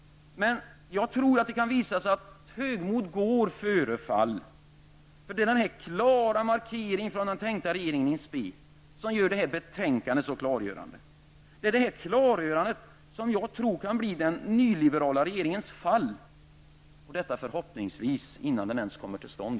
Det kan visa sig att högmod går före fall, men denna klara markering från den tänkta regeringen in spe gör betänkandet så klargörande. Detta klargörande, tror jag, kan bli den nyliberala regeringens fall -- förhoppningsvis innan den ens har kommit till stånd.